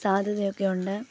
സാധ്യതയൊക്കെയുണ്ട്